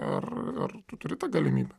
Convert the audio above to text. ar ar tu turi galimybę